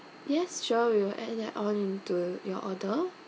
yes sure we'll add that on into your order